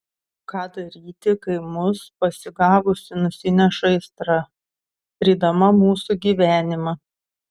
ką daryti kai mus pasigavusi nusineša aistra rydama mūsų gyvenimą